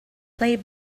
play